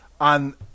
on